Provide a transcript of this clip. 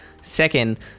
Second